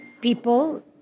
people